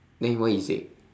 then what he say